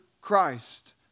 Christ